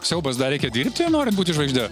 siaubas dar reikia dirbti norint būti žvaigžde